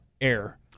air